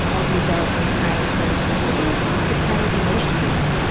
as we go from crying for necessity to crying emotionally.